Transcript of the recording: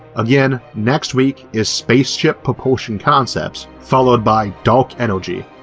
again next week is spaceship propulsion concepts, followed by dark energy,